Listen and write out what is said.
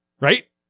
Right